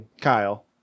Kyle